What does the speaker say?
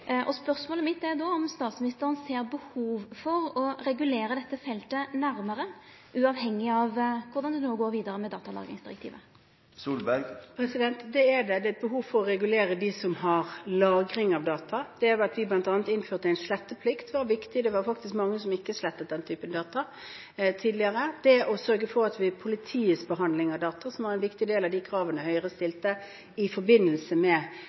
Spørsmålet mitt er då om statsministeren ser behov for å regulera dette feltet nærare – uavhengig av korleis det no går vidare med datalagringsdirektivet. Det er det. Det er et behov for å regulere dem som har lagring av data. Det at vi bl.a. innførte en sletteplikt var viktig. Det var faktisk mange som ikke slettet den typen data tidligere. Det å sørge for politiets behandling av data, som var en viktig del av de kravene Høyre stilte i forbindelse med